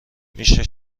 میشه